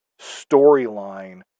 storyline